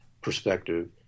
perspective